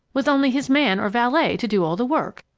with only his man or valet to do all the work.